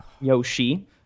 Yoshi